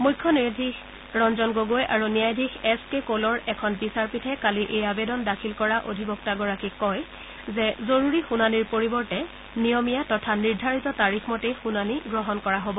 মুখ্য ন্যায়াধীশ ৰঞ্জন গগৈ আৰু ন্যায়াধীশ এছ কে কোলৰ এখন বিচাৰপীঠে কালি এই আবেদন দাখিল কৰা অধিবক্তাগৰাকীক কয় যে জৰুৰী শুনানীৰ পৰিৱৰ্তে নিয়মীয়া তথা নিৰ্ধাৰিত তাৰিখ মতেই শুনানী গ্ৰহণ কৰা হব